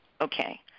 Okay